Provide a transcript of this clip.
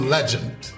Legend